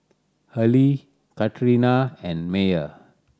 Arley Katarina and Meyer